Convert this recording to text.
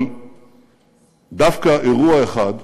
אבל דווקא אירוע אחד,